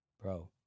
bro